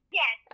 yes